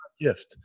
gift